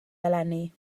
eleni